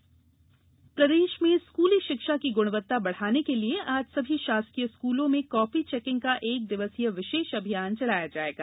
school copy checking अभियान प्रदेश में स्कूली शिक्षा की गुणवत्ता बढ़ाने के लिए आज सभी शासकीय स्कूलों में कापी चेकिंग का एक दिवसीय विशेष अभियान चलाया जायेगा